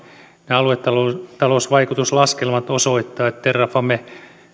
aluetalousvaikutuslaskelmat osoittavat että terrafame